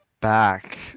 back